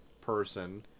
person